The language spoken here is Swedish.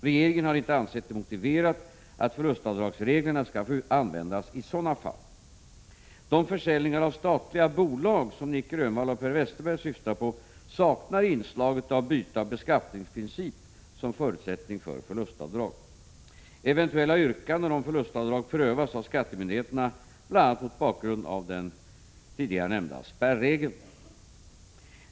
Regeringen har inte ansett det motiverat att förlustavdragsreglerna skall få användas i sådana fall. De försäljningar av statliga bolag som Nic Grönvall och Per Westerberg syftar på saknar inslaget av byte av beskattningsprincip som förutsättning för förlustavdrag. Eventuella yrkanden om förlustavdrag prövas av skattemyndigheterna bl.a. mot bakgrund. av den inledningsvis nämnda spärregeln.